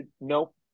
nope